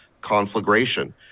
conflagration